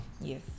Yes